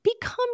become